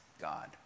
god